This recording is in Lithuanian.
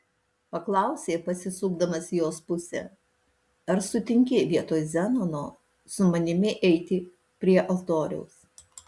paklausė pasisukdamas į jos pusę ar sutinki vietoj zenono su manimi eiti prie altoriaus